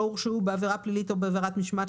הורשעו בעבירה פלילית או בעבירת משמעת,